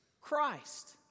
Christ